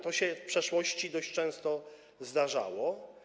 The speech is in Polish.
To się w przeszłości dość często zdarzało.